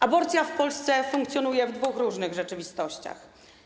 Aborcja w Polsce funkcjonuje w dwóch różnych rzeczywistościach.